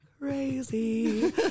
crazy